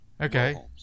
Okay